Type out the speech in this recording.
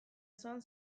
osoan